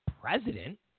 president